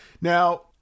Now